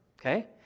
Okay